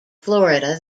florida